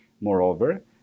Moreover